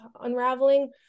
unraveling